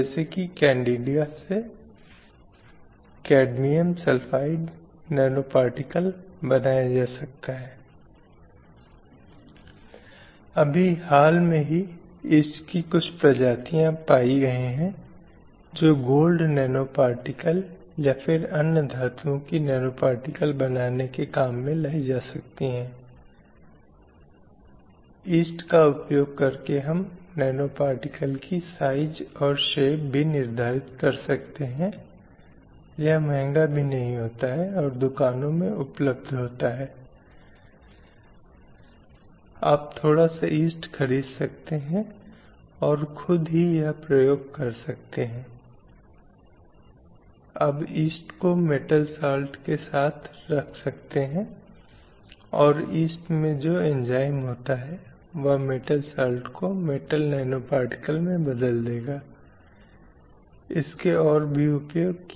इसलिए जब हम पुरुषों और महिलाओं पर आते हैं दो अलग अलग धारणाएं हमेशा होती हैं पुरुषों से जिनसे एक निश्चित तरीके से व्यवहार करने और कार्य करने की अपेक्षा की जाती है महिलाएं जिनसे अपेक्षा की जाती है कि वे एक अलग तरीके से कार्य करें और व्यवहार करें और अगर ऐसा होता है कि एक महिला आक्रामक होती है एक महिला जोर से बोलती है डॉन की भूमिका करती है जो मर्दाना अधिक है तो उस अर्थ में हम तुरंत एक ऐसी स्थिति में आते हैं जहां हमें एक महिला के उस व्यवहार को स्वीकार करना बड़ा मुश्किल लगता है या अगर मैं एक उदाहरण दूँ अगर हम सिर्फ एक नमूने के लिए देखें बस अलग शीर्षक मर्दानी